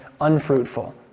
unfruitful